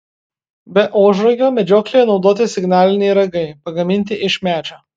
be ožragio medžioklėje naudoti signaliniai ragai pagaminti iš medžio